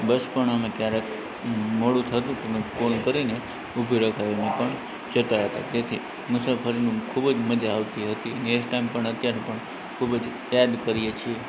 બસ પણ અમે ક્યારેક મોડું થતું તો અમે કોલ કરીને ઉભી રખાવીને પણ જતા હતા તેથી મુસાફરીનો ખૂબ જ મજા આવતી હતી અને એ ટાઇમ પણ અત્યારે પણ ખૂબ જ યાદ કરીએ છીએ